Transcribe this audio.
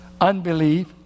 Unbelief